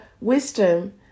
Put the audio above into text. wisdom